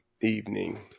evening